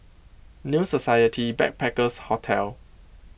New Society Backpackers' Hotel